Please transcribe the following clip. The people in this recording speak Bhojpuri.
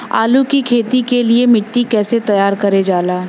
आलू की खेती के लिए मिट्टी कैसे तैयार करें जाला?